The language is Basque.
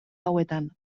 hauetan